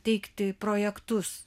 teikti projektus